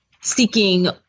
seeking